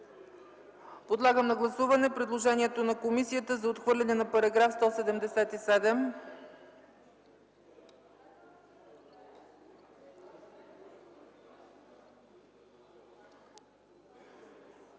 Подлагам на гласуване предложението на комисията за отхвърляне на параграфи 179